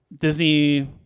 Disney